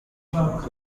rwa